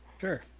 Sure